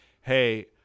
Hey